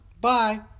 Bye